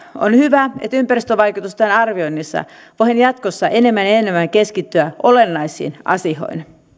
on hyvä että ympäristövaikutusten arvioinnissa voidaan jatkossa enemmän ja enemmän keskittyä olennaisiin asioihin